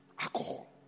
alcohol